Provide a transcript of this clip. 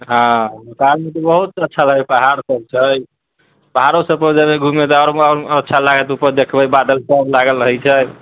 हँ बहुत अच्छा लागत पहाड़ सभ छै पहाड़ो सभ पर जयबै घूमैले तऽ आओर अच्छा लागत ऊपर देखबै बादल सभ लागल रहैत छै